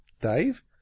Dave